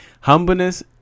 Humbleness